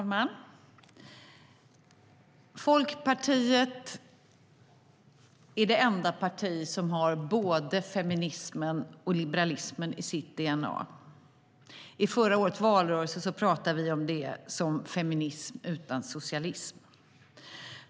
Fru talman! Folkpartiet är det enda parti som har både feminismen och liberalismen i sitt dna. I förra årets valrörelse talade vi om det som feminism utan socialism.